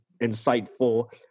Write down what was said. insightful